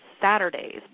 Saturdays